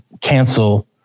cancel